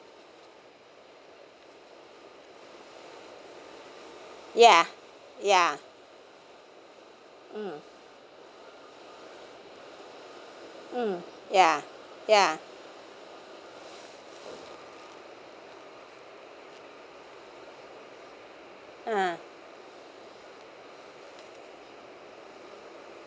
yeah ya mm ya ya uh